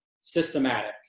systematic